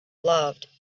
loved